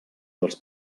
dels